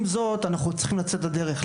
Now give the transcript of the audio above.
עם זאת אנחנו צריכים לצאת לדרך.